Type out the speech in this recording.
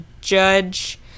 judge